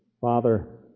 Father